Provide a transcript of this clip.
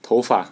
头发